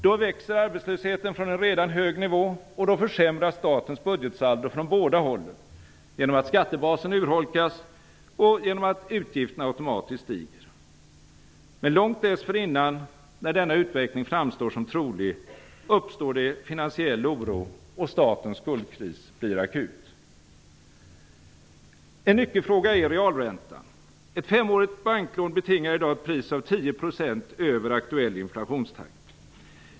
Då växer arbetslösheten från en redan hög nivå, och då försämras statens budgetsaldo från båda hållen - genom att skattebasen urholkas och genom att utgifterna automatiskt stiger. Men långt dessförinnan - när denna utveckling framstår som trolig - uppstår det finansiell oro, och statens skuldkris blir akut. En nyckelfråga är realräntan. Ett femårigt banklån betingar i dag ett pris av 10 % över aktuell inflationstakt.